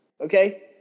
okay